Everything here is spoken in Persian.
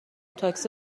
تاکسی